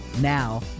Now